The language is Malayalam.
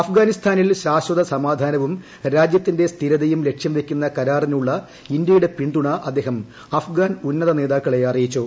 അഫ്ഗാനിസ്ഥാനിൽ ശാശ്വത സമാധാനവും രാജ്യത്തിന്റെ സ്ഥിരതയും ലക്ഷ്യം വയ്ക്കുന്ന കരാറിനുളള ഇന്ത്യയുടെ പിന്തുണ അദ്ദേഹം അഫ്ഗാൻ ഉന്നത നേതാക്കളെ അറിയിച്ചു